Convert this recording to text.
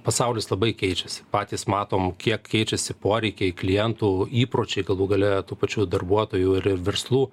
pasaulis labai keičiasi patys matom kiek keičiasi poreikiai klientų įpročiai galų gale tų pačių darbuotojų ir verslų